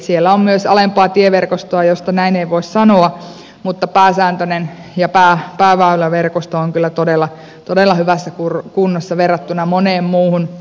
siellä on myös alempaa tieverkostoa josta näin ei voi sanoa mutta pääväyläverkosto on kyllä todella hyvässä kunnossa verrattuna moneen muuhun väylään